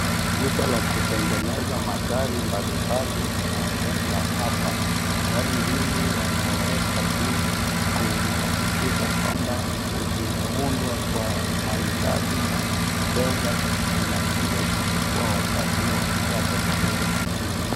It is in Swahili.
Duka la kutengeneza magari mbali mbali linaonyeshwa hapa. Gari hili wanaweka kuhakikisha kwamba zimeudwa kwa maridadi na wateja wnakuja kuchukua wakati zimeshatengenezwa vizuri.